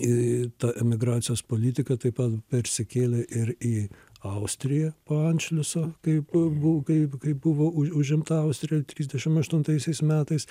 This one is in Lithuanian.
į tą emigracijos politiką taip pat persikėlė ir į austriją po antšliuso kaip buvo kaip bu buvo užimta austrija trisdešimt aštuntaisiais metais